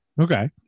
Okay